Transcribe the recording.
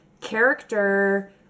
character